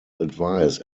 advice